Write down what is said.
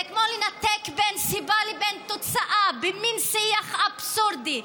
זה כמו לנתק בין סיבה לבין תוצאה במין שיח אבסורדי.